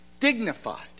dignified